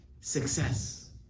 success